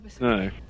No